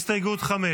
הסתייגות 5